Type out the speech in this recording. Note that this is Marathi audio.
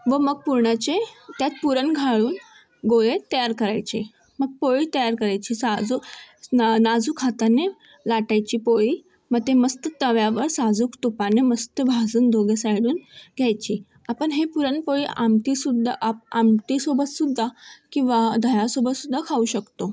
व मग पुरणाचे त्यात पुरण घालून गोळे तयार करायचे मग पोळी तयार करायची साजूक ना नाजूक हाताने लाटायची पोळी मग ते मस्त तव्यावर साजूक तुपाने मस्त भाजून दोघी साइडहून घ्यायची आपण हे पुरणपोळी आमटी सुद्धा आ आमटी सोबत सुद्दा किंवा दह्यासोबत सुद्धा खाऊ शकतो